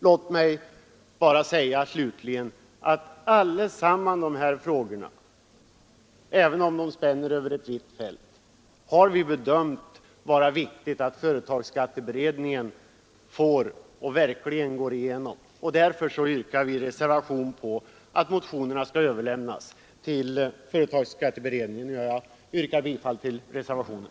Vi har bedömt det som viktigt att företagsskatteberedningen får och verkligen går igenom alla dessa frågor, även om de spänner över ett vitt fält. Därför yrkar vi vid reservationen på att motionerna skall överlämnas till företagsskatteberedningen. Jag yrkar bifall till reservationen.